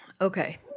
Okay